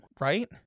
right